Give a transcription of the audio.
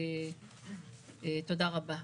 תודה רבה.